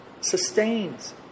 sustains